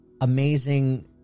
amazing